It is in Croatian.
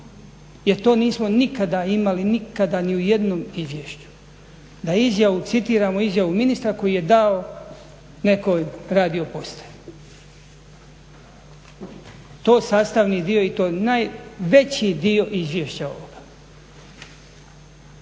jer to nismo nikada imali, nikada ni u jednom izvješću da citiramo izjavu ministra koji je dao nekoj radiopostaji. To je sastavni dio i to najveći dio izvješća ovoga.